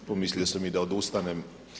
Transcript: Pomislio sam i da odustanem.